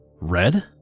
Red